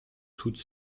toute